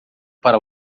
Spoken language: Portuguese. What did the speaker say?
para